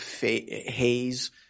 haze